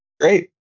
great